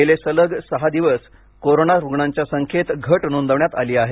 गेले सलग सहा दिवस कोरोना रुग्णांच्या संख्येत घट नोंदवण्यात आली आहे